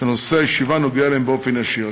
שנושא הישיבה נוגע להם באופן ישיר.